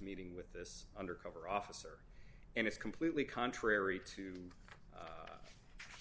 meeting with this undercover officer and it's completely contrary to